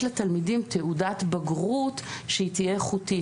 לתלמידים תעודת בגרות שהיא תהיה איכותית.